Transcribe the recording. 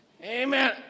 Amen